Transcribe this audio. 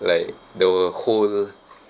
like the whole